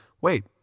Wait